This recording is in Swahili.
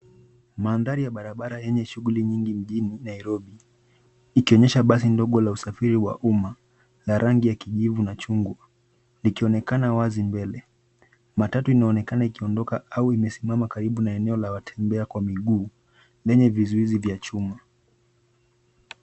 Mandhari ya barabara enye shuguli nyingi mjini Nairobi ikionyesha basi ndogo la usafiri wa umma na rangi ya kijivu na chungwa ikionekana wazi mbele. Matatu inanekana ikiondoka au imesimama karibu na eneo la watembea kwa miguu lenye vizuizi vya chuma.